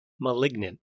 Malignant